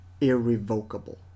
irrevocable